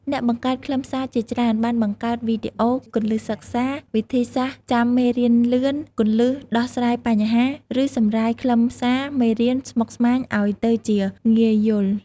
អ្នកបង្កើតខ្លឹមសារជាច្រើនបានបង្កើតវីដេអូ គន្លឹះសិក្សា វិធីសាស្រ្តចាំមេរៀនលឿន គន្លឹះដោះស្រាយបញ្ហា ឬសម្រាយខ្លឹមសារមេរៀនស្មុគស្មាញឲ្យទៅជាងាយយល់។